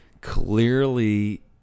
clearly